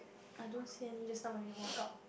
I don't see any just now when we walk out